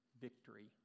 victory